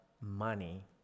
money